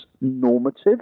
normative